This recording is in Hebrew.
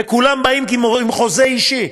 וכולם באים עם חוזה אישי.